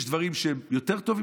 יש דברים שהם יותר טובים,